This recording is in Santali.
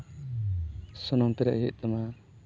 ᱥᱩᱱᱩᱢ ᱯᱮᱨᱮᱡ ᱦᱩᱭᱩᱜ ᱛᱟᱢᱟ